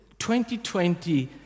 2020